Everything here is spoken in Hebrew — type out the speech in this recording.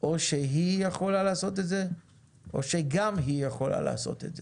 או שהיא יכולה לעשות את זה או שגם היא יכולה לעשות את זה.